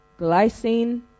Glycine